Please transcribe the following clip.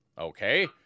Okay